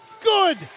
Good